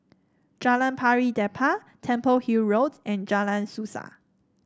Jalan Pari Dedap Temple Hill Road and Jalan Suasa